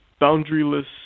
boundaryless